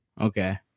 Okay